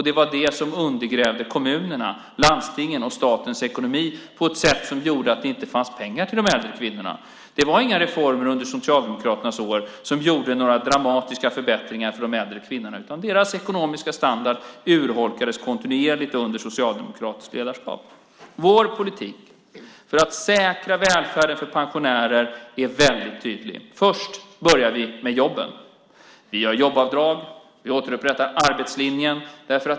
Det var vad som undergrävde kommunernas, landstingens och statens ekonomi på ett sätt som gjorde att det inte fanns pengar till de äldre kvinnorna. Det var inga reformer under Socialdemokraternas år som innebar några dramatiska förbättringar för de äldre kvinnorna, utan deras ekonomiska standard urholkades kontinuerligt under socialdemokratiskt ledarskap. Vår politik för att säkra välfärden för pensionärer är väldigt tydlig. Först börjar vi med jobben. Vi gör jobbavdrag och återupprättar arbetslinjen.